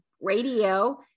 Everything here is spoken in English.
radio